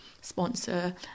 sponsor